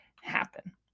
happen